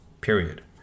period